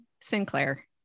sinclair